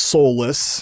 Soulless